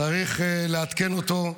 צריך לעדכן אותו.